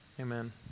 Amen